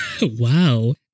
wow